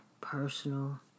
personal